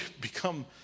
become